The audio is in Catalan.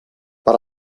per